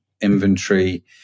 inventory